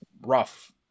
rough